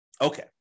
Okay